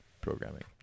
programming